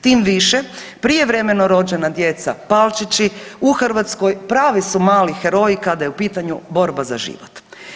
Tim više prijevremeno rođena djeca Palčići u Hrvatskoj pravi su mali heroji kada je u pitanju borba za život.